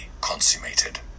consummated